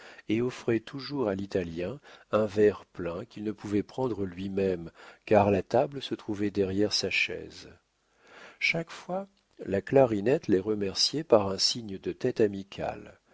et offraient toujours à l'italien un verre plein qu'il ne pouvait prendre lui-même car la table se trouvait derrière sa chaise chaque fois la clarinette les remerciait par un signe de tête amical